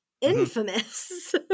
infamous